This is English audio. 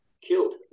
killed